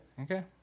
Okay